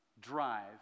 drive